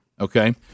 Okay